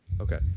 okay